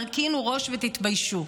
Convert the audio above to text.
הרכינו ראש ותתביישו.